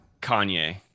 Kanye